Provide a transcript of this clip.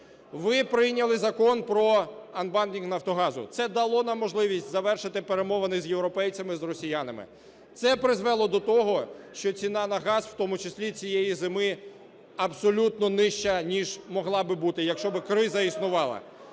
Ви прийняли Закон про анбандлінг "Нафтогазу". Це дало нам можливість завершити перемовини з європейцями, з росіянами. Це призвело до того, що ціна на газ, в тому числі цієї зими, абсолютно нижча, ніж могла би бути, якщо би криза існувала.